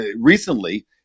Recently